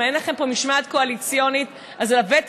אם לא הייתה לכם פה משמעת קואליציונית,